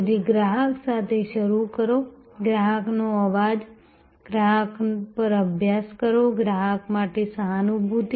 તેથી ગ્રાહક સાથે શરૂ કરો ગ્રાહકનો અવાજ ગ્રાહક પર અભ્યાસ કરો ગ્રાહક માટે સહાનુભૂતિ